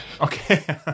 Okay